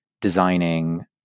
designing